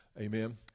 Amen